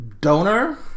donor